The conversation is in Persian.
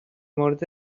مورد